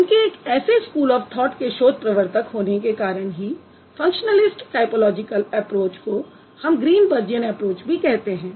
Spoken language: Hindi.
उनके एक ऐसे स्कूल ऑफ थॉट के शोध प्रवर्तक होने कारण ही फंक्शनलिस्ट टायपोलॉजिकल एप्रोच को हम ग्रीनबर्जियन एप्रोच भी कहते हैं